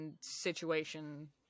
situation